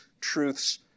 truths